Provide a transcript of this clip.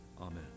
Amen